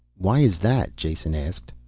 why is that? jason asked.